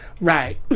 Right